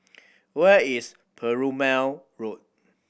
where is Perumal Road